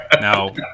Now